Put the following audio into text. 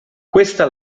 questa